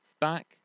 back